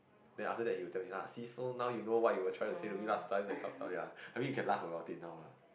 then after that he will tell me ah see so now you know what will you will try to say to me last time that kind of stuff ya I mean he can laugh about it now lah